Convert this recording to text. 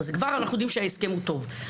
אז כבר אנחנו יודעים שההסכם הוא טוב.